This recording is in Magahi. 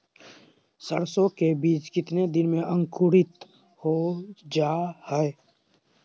सरसो के बीज कितने दिन में अंकुरीत हो जा हाय?